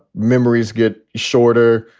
memories get shorter.